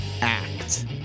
act